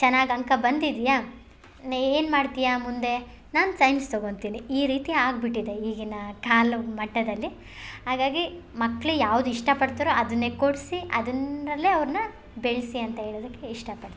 ಚೆನ್ನಾಗ್ ಅಂಕ ಬಂದಿದೆಯಾ ನೀನು ಏನು ಮಾಡ್ತೀಯ ಮುಂದೆ ನಾನು ಸೈನ್ಸ್ ತಗೋತಿನಿ ಈ ರೀತಿ ಆಗಿಬಿಟ್ಟಿದೆ ಈಗಿನ ಕಾಲದ ಮಟ್ಟದಲ್ಲಿ ಹಾಗಾಗಿ ಮಕ್ಳು ಯಾವ್ದು ಇಷ್ಟ ಪಡ್ತಾರೊ ಅದನ್ನೆ ಕೊಡಿಸಿ ಅದ್ರಿಂದಲೇ ಅವ್ರನ್ನ ಬೆಳೆಸಿ ಅಂತ ಹೇಳೋದಕ್ಕೆ ಇಷ್ಟ ಪಡ್ತೀನಿ